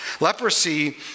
Leprosy